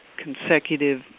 consecutive